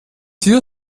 hier